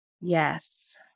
yes